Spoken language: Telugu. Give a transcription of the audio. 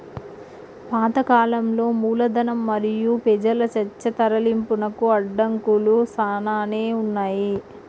పాత కాలంలో మూలధనం మరియు పెజల చర్చ తరలింపునకు అడంకులు సానానే ఉన్నాయి